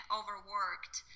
overworked